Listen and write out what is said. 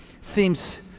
seems